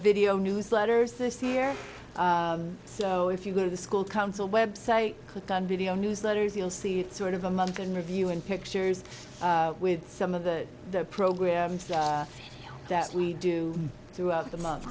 video newsletters this year so if you go to the school council website click on video newsletters you'll see it's sort of a month in review in pictures with some of the programs that we do throughout the month